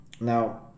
now